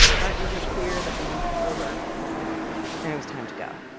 but it was clear that the moment was over and it was time to go